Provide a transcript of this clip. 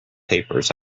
papers